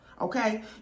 okay